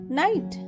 night